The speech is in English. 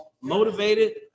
motivated